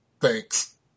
Thanks